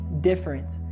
different